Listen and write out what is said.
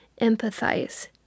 Empathize